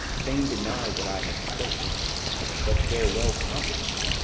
fain deny what i have spoke but farewell compliment!